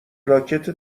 راکت